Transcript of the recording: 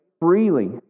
freely